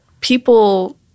People